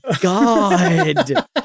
god